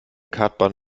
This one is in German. kartbahn